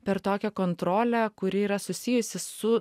per tokią kontrolę kuri yra susijusi su